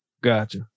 Gotcha